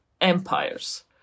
empires